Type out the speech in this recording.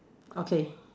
okay